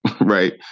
right